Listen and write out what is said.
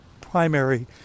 primary